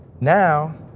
Now